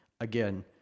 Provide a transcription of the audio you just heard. Again